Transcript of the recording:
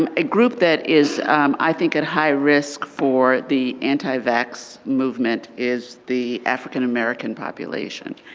um a group that is i think at high risk for the anti-vax movement is the african american population.